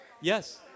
yes